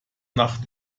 nacht